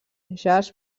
jazz